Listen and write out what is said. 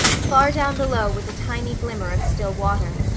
far down below was a tiny glimmer of still water.